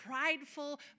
prideful